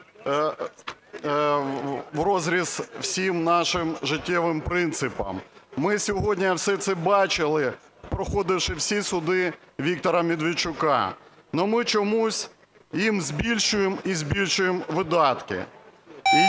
в розріз всім нашим життєвим принципам. Ми сьогодні все це бачили, проходивши всі суди Віктора Медведчука. Ну ми чомусь їм збільшуємо і збільшуємо видатки?